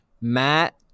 Matt